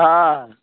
हँ